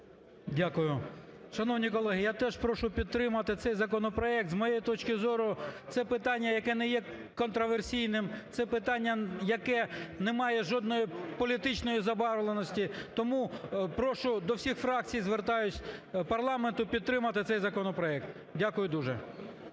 Дякую. Шановні колеги, я теж прошу підтримати цей законопроект. З моєї точки зору, це питання, яке не є контроверсійним, це питання, яке не має жодної політичної забарвленості. Тому прошу, до всіх фракцій звертаюсь, парламенту підтримати цей законопроект. Дякую дуже.